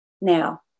Now